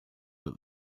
that